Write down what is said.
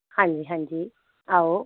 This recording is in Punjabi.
ਹਾਂਜੀ ਹਾਂਜੀ ਆਓ